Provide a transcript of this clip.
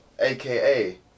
aka